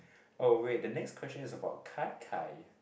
oh wait the next question is about gai gai